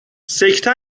سکته